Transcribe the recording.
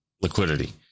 liquidity